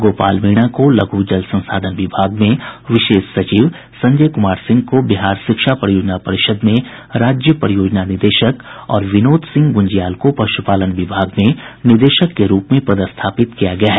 गोपाल मीणा को लघ् जल संसाधन विभाग में विशेष सचिव संजय कुमार सिंह को बिहार शिक्षा परियोजना परिषद में राज्य परियोजना निदेशक और विनोद सिंह गुंजियाल को पशुपालन विभाग में निदेशक के रूप में पदस्थापित किया गया है